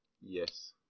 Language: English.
Yes